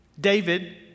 David